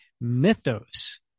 Mythos